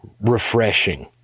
refreshing